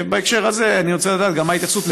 בהקשר הזה אני רוצה לדעת גם מה ההתייחסות,